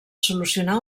solucionar